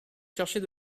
chercher